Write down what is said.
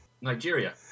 Nigeria